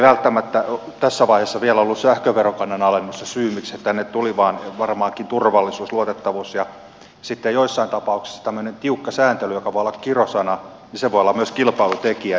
välttämättä tässä vaiheessa ei vielä ollut sähköverokannan alennus se syy miksi se tänne tuli vaan varmaankin turvallisuus luotettavuus ja sitten joissain tapauksissa tämmöinen tiukka sääntely joka voi olla kirosana voi olla myös kilpailutekijä